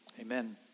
amen